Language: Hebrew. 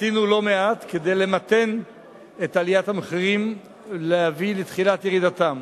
עשינו לא מעט כדי למתן את עליית המחירים ולהביא לתחילת ירידתם.